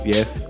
Yes